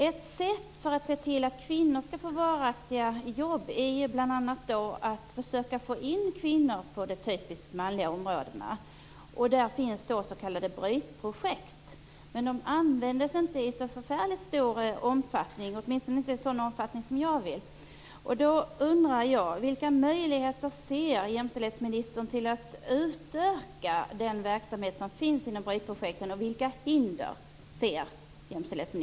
Ett sätt att se till att kvinnor får varaktiga jobb är bl.a. att försöka få in kvinnor på de typiskt manliga områdena, där det finns s.k. brytprojekt. Men de används inte i så förfärligt stor omfattning, åtminstone inte i en sådan omfattning som jag skulle önska. Jag undrar vilka möjligheter respektive hinder jämställdhetsministern ser när det gäller att utöka den verksamhet som finns inom brytprojekten.